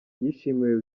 yishimiwe